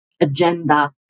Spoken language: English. agenda